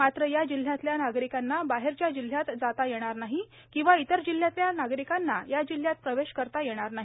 मात्र या जिल्ह्यातल्या नागरिकांना बाहेरच्या जिल्ह्यात जाता येणार नाही किंवा इतर जिल्ह्यातल्या नागरिकांना या जिल्ह्यात प्रवेश करता येणार नाही